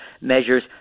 measures